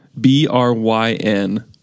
b-r-y-n